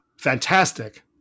fantastic